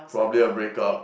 probably a break up